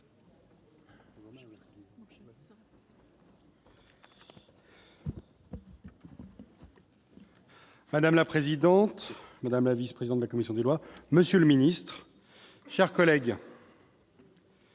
Madame la présidente, madame la vice-président de la commission des lois, monsieur le Ministre, chers collègues.